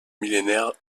millénaire